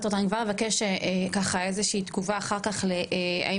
אני כבר אבקש ככה איזושהי תגובה אחר כך להאם